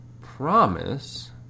promise